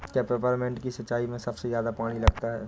क्या पेपरमिंट की सिंचाई में सबसे ज्यादा पानी लगता है?